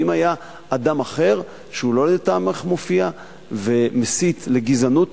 ואם היה אדם אחר שהוא לא לטעמך מופיע ומסית לגזענות,